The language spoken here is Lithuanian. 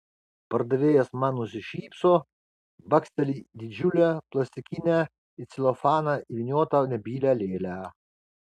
pardavėjas man nusišypso baksteli didžiulę plastikinę į celofaną įvyniotą nebylią lėlę